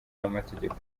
n’amategeko